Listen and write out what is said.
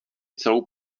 celou